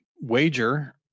wager